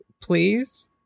please